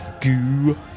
goo